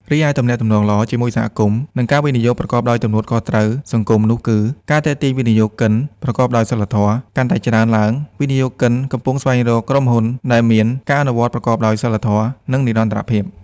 រីឯ ទំនាក់ទំនងល្អជាមួយសហគមន៍ និងការវិនិយោគប្រកបដោយទំនួលខុសត្រូវសង្គមនោះគឺ ការទាក់ទាញវិនិយោគិនប្រកបដោយសីលធម៌: កាន់តែច្រើនឡើង វិនិយោគិនកំពុងស្វែងរកក្រុមហ៊ុនដែលមាន ការអនុវត្តប្រកបដោយសីលធម៌ និងនិរន្តរភាព។